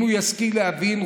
אם הוא ישכיל להבין,